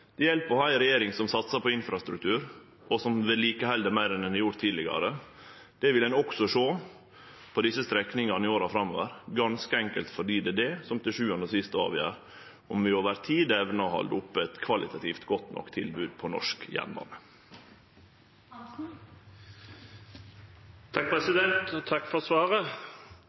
Det hjelper å ha ei regjering som satsar på infrastruktur, og som vedlikeheld meir enn ein har gjort tidlegare. Det vil ein også sjå på desse strekningane i åra framover, ganske enkelt fordi det er det som til sjuande og sist avgjer om vi over tid evnar å halde oppe eit kvalitativt godt nok tilbod på norsk jernbane. Takk for svaret.